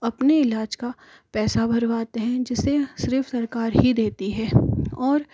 अपने इलाज का पैसा भरवाते हैं जिसे सिर्फ़ सरकार ही देती है और